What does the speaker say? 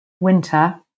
winter